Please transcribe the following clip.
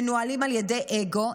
מנוהלים על ידי אגו,